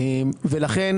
לכן